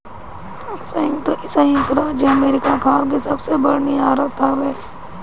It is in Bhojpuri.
संयुक्त राज्य अमेरिका खाल के सबसे बड़ निर्यातक हवे